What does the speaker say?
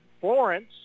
Florence